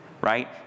right